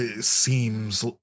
seems